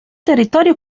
territorio